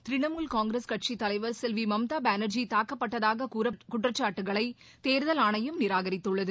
திர்ணாமுல் காங்கிரஸ் கட்சி தலைவர் செல்வி மம்தா பானர்ஜி தாக்கப்பட்டதாக கூறப்படும் குற்றச்சாட்டுகளை தேர்தல் ஆணையம் நிராகரித்துள்ளது